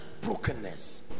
Brokenness